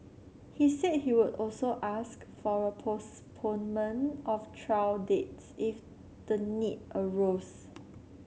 he said he would also ask for a postponement of trial dates if the need arose